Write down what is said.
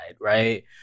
Right